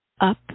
up